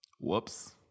whoops